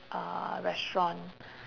uh restaurant